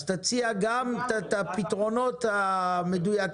אז תציע גם פתרונות מדויקים.